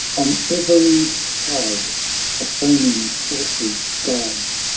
on every side the foaming coursers guides,